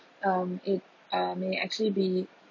um it uh may actually be